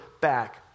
back